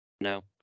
No